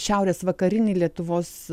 šiaurės vakarinį lietuvos